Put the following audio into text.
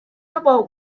about